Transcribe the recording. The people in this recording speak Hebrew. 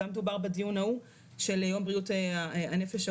גם דובר בדיון ההוא של יום בריאות הנפש העולמי,